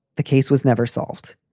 the case was never solved.